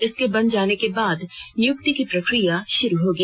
इसके बन जाने के बाद नियुक्ति की प्रक्रिया शुरू होगी